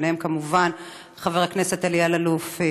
בהם כמובן חבר הכנסת אלי אלאלוף,